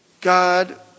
God